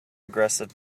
aggressive